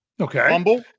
Okay